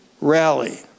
rally